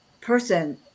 person